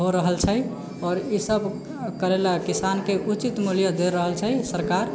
हो रहल छै आओर ईसब करैलए किसानके उचित मूल्य दऽ रहल छै सरकार